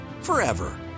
forever